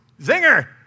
zinger